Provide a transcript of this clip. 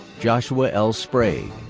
joshua l. sprague.